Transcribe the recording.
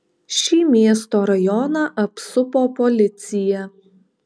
šį miesto rajoną apsupo policija